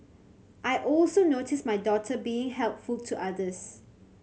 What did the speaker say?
I also notice my daughter being helpful to others